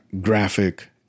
graphic